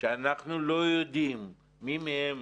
שאנחנו לא יודעים מי מהם